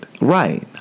Right